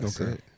Okay